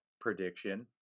prediction